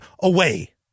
away